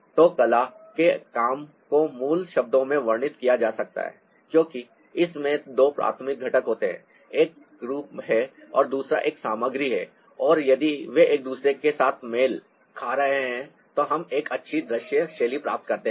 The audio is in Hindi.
तो कला के काम को मूल शब्दों में वर्णित किया जा सकता है क्योंकि इसमें दो प्राथमिक घटक होते हैं एक रूप है और दूसरा एक सामग्री है और यदि वे एक दूसरे के साथ मेल खा रहे हैं तो हम एक अच्छी दृश्य शैली प्राप्त करते हैं